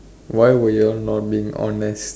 why were y'all not being honest